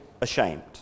ashamed